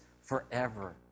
forever